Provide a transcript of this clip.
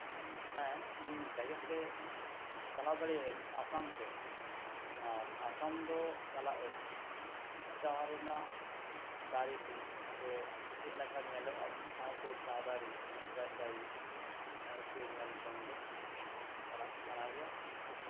ᱦᱮᱸ ᱡᱮᱜᱮᱫ ᱨᱮ ᱪᱟᱞᱟᱣ ᱫᱟᱲᱮᱭᱟᱜ ᱟᱹᱧ ᱟᱥᱟᱢ ᱛᱮ ᱟᱨ ᱟᱥᱟᱢ ᱫᱚ ᱪᱟᱞᱟᱜ ᱟᱹᱧ ᱪᱟ ᱨᱮᱭᱟᱜ ᱫᱟᱨᱮ ᱠᱚ ᱥᱮ ᱪᱮᱫ ᱞᱮᱠᱟ ᱧᱮᱞᱚᱜᱼᱟ ᱢᱤᱫ ᱥᱟᱶ ᱛᱮ ᱪᱟ ᱫᱟᱨᱮ ᱩᱱᱟᱹᱜ ᱜᱟᱱ ᱫᱟᱨᱮ ᱢᱤᱫ ᱥᱟᱶ ᱛᱮ ᱧᱮᱞ ᱡᱚᱝ ᱫᱚ ᱪᱟᱞᱟᱜ ᱥᱟᱱᱟ ᱜᱮᱭᱟ